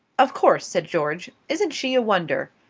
of course, said george. isn't she a wonder?